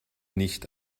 nicht